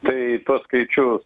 tai tuos skaičius